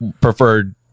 preferred